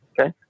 Okay